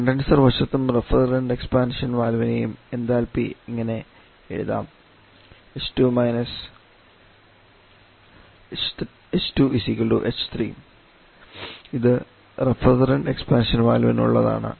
condenser വശത്തും refrigerant expansion വാൽവിൻറെയും enthalpy ഇങ്ങനെ എഴുതാം h2 h3 ഇത് റെഫ്രിജറന്റ് എക്സ്പാൻഷൻ വാൽവിന് ഉള്ളതാണ് ആണ്